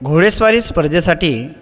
घोडेस्वारी स्पर्धेसाठी